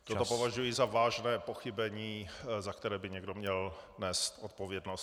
To považuji za vážné pochybení , za které by někdo měl nést odpovědnost.